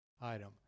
item